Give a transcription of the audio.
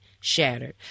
shattered